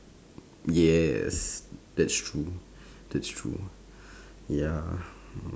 yes that's true that's true ya